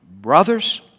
Brothers